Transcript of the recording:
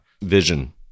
vision